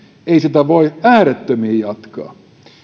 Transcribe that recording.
ei sitä voi äärettömiin jatkaa